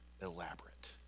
elaborate